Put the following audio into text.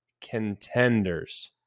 contenders